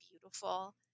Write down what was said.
beautiful